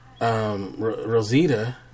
Rosita